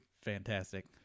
fantastic